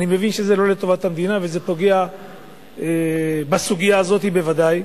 אני מבין שזה לא לטובת המדינה ושזה פוגע בסוגיה הזאת בוודאי.